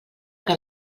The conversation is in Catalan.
que